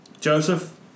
Joseph